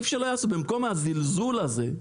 במקום הזלזול הזה,